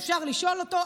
אפשר לשאול אותו,